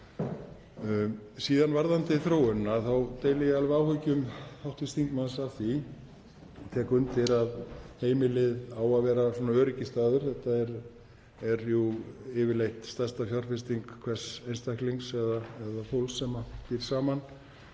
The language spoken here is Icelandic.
Síðan varðandi þróunina þá deili ég alveg áhyggjum hv. þingmanns af henni og tek undir að heimilið á að vera öryggisstaður. Þetta er jú yfirleitt stærsta fjárfesting hvers einstaklings eða fólks sem býr saman